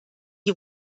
die